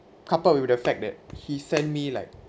coupled with the fact that he sent me like